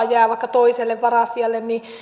jää vaikka toiselle varasijalle niin